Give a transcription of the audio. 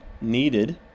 needed